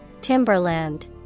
Timberland